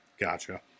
Gotcha